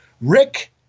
Rick